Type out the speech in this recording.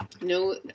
No